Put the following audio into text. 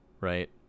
right